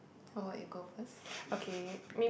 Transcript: or you go first